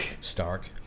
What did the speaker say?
Stark